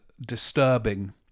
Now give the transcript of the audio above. disturbing